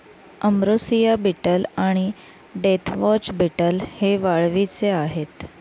ambrosia beetle आणि deathwatch beetle हे वाळवीचे आहेत